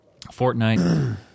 Fortnite